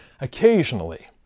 occasionally